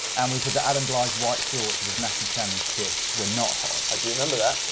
and we said that adam blythe's white shorts of his national champion's kit were not hot. i do remember that.